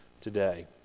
today